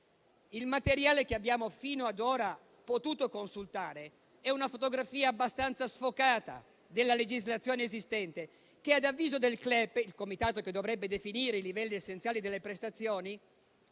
Il materiale che abbiamo fino ad ora potuto consultare è una fotografia abbastanza sfocata della legislazione esistente, che ad avviso del CLEP potrebbe essere astrattamente considerata livello essenziale delle prestazioni.